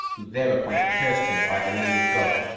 who thereupon cursed him by the name of god,